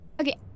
Okay